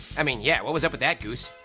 i mean, yeah, what was up with that goose,